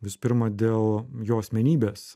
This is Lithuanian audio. visų pirma dėl jo asmenybės